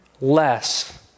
less